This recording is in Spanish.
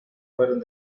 fueron